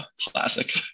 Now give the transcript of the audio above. classic